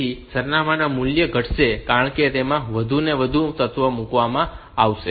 તેથી આ સરનામાં મૂલ્યો ઘટશે કારણ કે તેમાં વધુ અને વધુ તત્વ મૂકવામાં આવશે